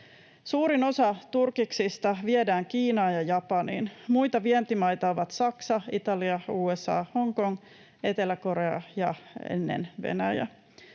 Suurin osa turkiksista viedään Kiinaan ja Japaniin. Muita vientimaita ovat Saksa, Italia, USA, Hongkong, Etelä-Korea ja ennen Venäjä.